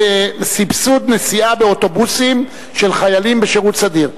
סבסוד נסיעה באוטובוסים של חיילים בשירות סדיר.